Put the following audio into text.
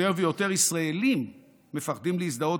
יותר ויותר ישראלים מפחדים להזדהות